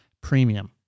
premium